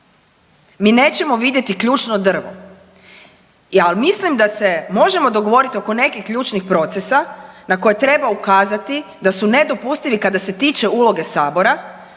mi nećemo vidjeti ključno drvo, al mislim da se možemo dogovorit oko nekih ključnih procesa na koje treba ukazati da su nedopustivi kada se tiče uloge sabora